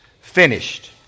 finished